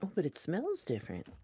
but it smells different.